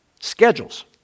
schedules